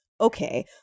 Okay